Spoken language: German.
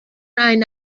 eine